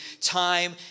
time